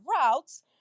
routes